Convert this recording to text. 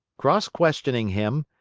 cross-questioning him,